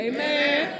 Amen